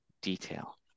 detail